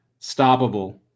stoppable